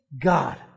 God